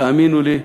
תאמינו לי,